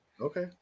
Okay